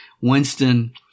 Winston